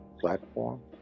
platform